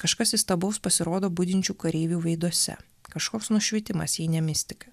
kažkas įstabaus pasirodo budinčių kareivių veiduose kažkoks nušvitimas jei ne mistika